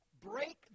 break